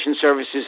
services